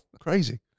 Crazy